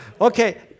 Okay